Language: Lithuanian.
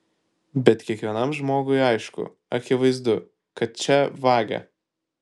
bet kiekvienam žmogui aišku akivaizdu kad čia vagia